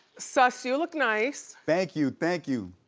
suss, you look nice. thank you, thank you.